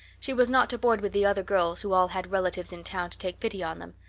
she was not to board with the other girls, who all had relatives in town to take pity on them.